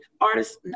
artists